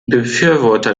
befürworter